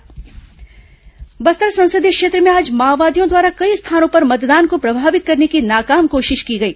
माओवादी चुनाव प्रभावित बस्तर संसदीय क्षेत्र में आज माओवादियों द्वारा कई स्थानों पर मतदान को प्रभावित करने की नाकाम कोशिश की गई